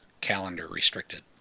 calendar-restricted